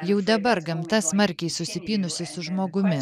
jau dabar gamta smarkiai susipynusi su žmogumi